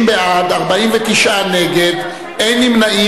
30 בעד, 49 נגד, אין נמנעים.